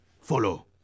follow